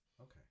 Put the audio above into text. okay